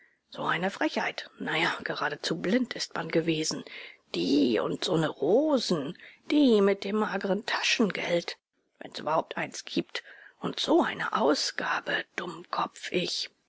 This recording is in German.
so eine frechheit na ja geradezu blind ist man gewesen die und so'ne rosen die mit dem mageren taschengeld wenn's überhaupt eines gibt und so eine ausgabe dummkopf ich